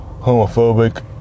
homophobic